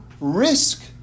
risk